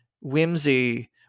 whimsy